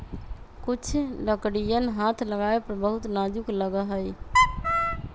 कुछ लकड़ियन हाथ लगावे पर बहुत नाजुक लगा हई